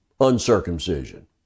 uncircumcision